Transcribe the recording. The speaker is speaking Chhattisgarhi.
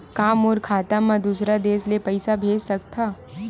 का मोर खाता म दूसरा देश ले पईसा भेज सकथव?